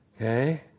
Okay